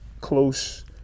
close